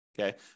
okay